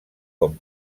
com